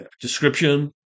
description